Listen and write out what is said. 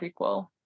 prequel